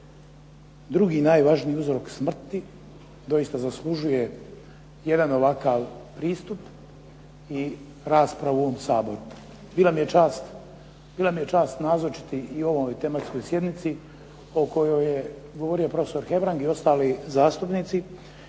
drugi najvažniji uzrok smrti doista zaslužuje jedan ovakav pristup i raspravu u ovom Saboru. Bila mi je čast nazočiti i ovoj tematskoj sjednici o kojoj je govorio prof. Hebrang i ostali zastupnici